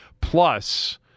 Plus